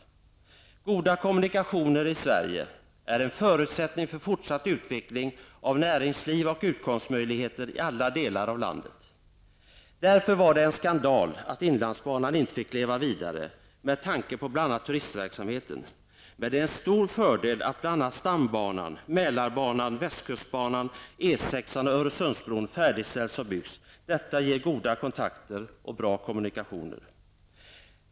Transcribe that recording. Goda kommunikationer i Sverige är en förutsättning för fortsatt utveckling av näringsliv och utkomstmöjligheter i alla delar av landet. Därför var det en skandal att inlandsbanan inte fick leva vidare med tanke på bl.a. turistverksamheten. Men det är en stor fördel att bl.a. stambanan, Mälarbanan, västkustbanan, E6 an och Öresundsbron färdigställs och byggs. Detta ger goda kontakter och bra kommunikationer.